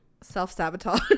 self-sabotage